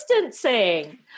distancing